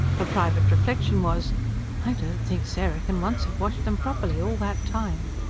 her private reflection was i don't think sarah can once have washed them properly, all that time.